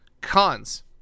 cons